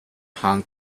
hong